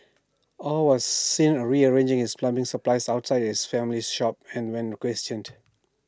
aw was seen rearranging his plumbing supplies outside his family's shop and when requestioned